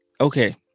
Okay